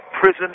prison